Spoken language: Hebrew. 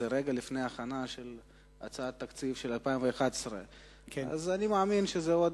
זה רגע לפני ההכנה של הצעת תקציב של 2011. אז אני מאמין שזה עוד